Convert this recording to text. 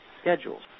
schedules